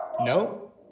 No